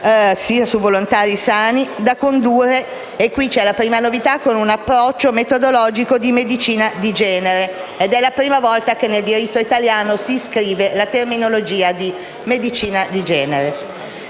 sia su volontari sani, da condurre - e qui c'è la prima novità - con un approccio metodologico di medicina di genere (è la prima volta che nel diritto italiano si parla di medicina di genere);